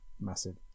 massive